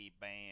band